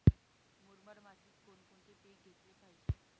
मुरमाड मातीत कोणकोणते पीक घेतले पाहिजे?